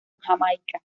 jamaica